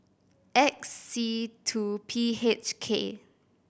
X C two P H K